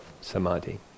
samadhi